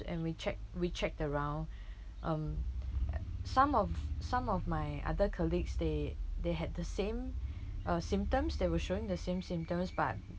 and we checked we checked around um some of some of my other colleagues they they had the same uh symptoms they were showing the same symptoms but